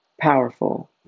powerful